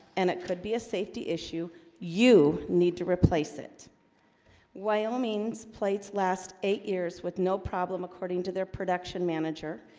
and it could be a safety issue you need to replace it while means plates last eight years with no problem according to their production manager,